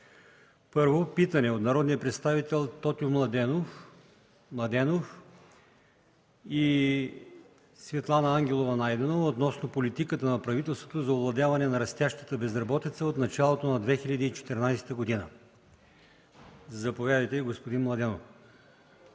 Първо, питане от народните представители Тотю Младенов Младенов и Светлана Ангелова Найденова относно политиката на правителството за овладяване на растящата безработица от началото на 2014 г. Заповядайте, господин Младенов.